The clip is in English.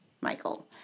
Michael